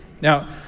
Now